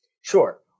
Sure